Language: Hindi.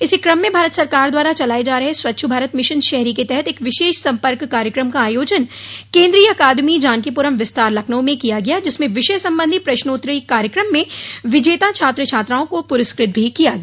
इसी क्रम में भारत सरकार द्वारा चलाये जा रहे स्वच्छ भारत मिशन शहरी के तहत एक विशेष सम्पर्क कार्यक्रम का आयोजन केन्द्रीय अकादमी जानकीपुरम् विस्तार लखनऊ में किया गया जिसमें विषय संबंधी प्रश्नोत्तरी कार्यक्रम में विजेता छात्र छात्राओं को पुरस्कृत भी किया गया